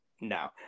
no